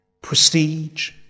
prestige